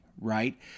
Right